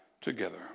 together